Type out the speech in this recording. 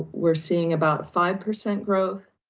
we're seeing about five percent growth.